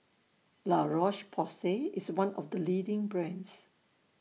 La Roche Porsay IS one of The leading brands